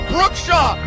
Brookshaw